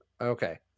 Okay